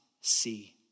see